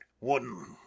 Wouldn't